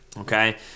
Okay